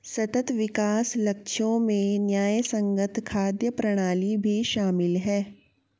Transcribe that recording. सतत विकास लक्ष्यों में न्यायसंगत खाद्य प्रणाली भी शामिल है